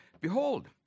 Behold